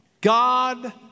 God